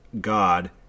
god